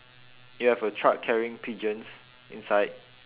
you have a truck carrying pigeons inside